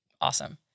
awesome